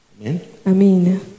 Amen